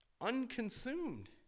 unconsumed